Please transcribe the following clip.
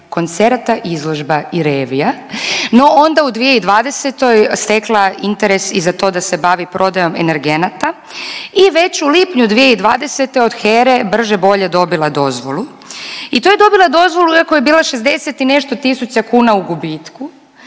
koncerata, izložba i revija. No onda u 2020. stekla interes i za to da se bavi prodajom energenata i već u lipnju 2020. od HERA-e brže bolje dobila dozvolu i to je dobila dozvolu iako je bila 60 i nešto tisuća kuna u gubitku,